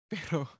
Pero